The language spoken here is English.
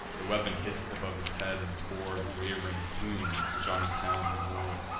the weapon hiss'd above his head, and tore the waving plume which on his helm he wore.